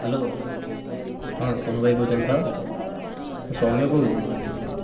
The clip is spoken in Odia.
ହ୍ୟାଲୋ ହଁ ସୋନୁ ଭାଇ କହୁଛନ୍ତି ତ ମୁଁ ସୋମ୍ୟ କହୁଛି